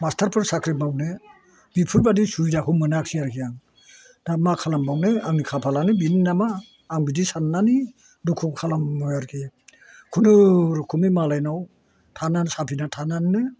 मास्टारफोर साख्रि मावनो बिफोरबायदि सुबिदाखौ मोनाखिसै आरोखि आं दा मा खालामबावनो आंनि खाफालानो बिनो नामा आं बिदि साननानै दुखु खालामो आरखि खुनुरुखुमै मालायनाव थानानै साफिना थानानैनो